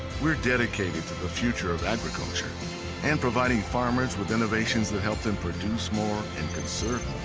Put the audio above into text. we're dedicated to the future of agriculture and providing farmers with innovations that help them produce more and conserve